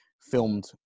filmed